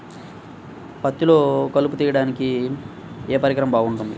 పత్తిలో కలుపు తీయడానికి ఏ పరికరం బాగుంటుంది?